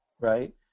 right